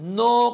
no